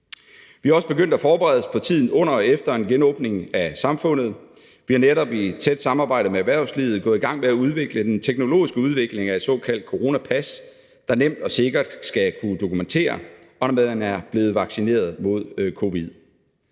Vi er også begyndt at forberede os på tiden under og efter en genåbning af samfundet. Vi er netop i et tæt samarbejde med erhvervslivet gået i gang med den teknologiske udvikling af et såkaldt coronapas, der nemt og sikkert skal kunne dokumentere, om man er blevet vaccineret imod covid-19.